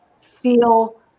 feel